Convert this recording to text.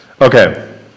Okay